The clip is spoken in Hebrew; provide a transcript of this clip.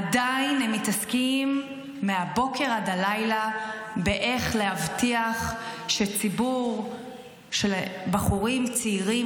עדיין הם מתעסקים מהבוקר עד הלילה באיך להבטיח שציבור של בחורים צעירים,